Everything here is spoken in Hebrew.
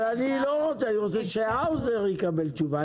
אבל אני לא רוצה, אני רוצה שהאוזר יקבל תשובה.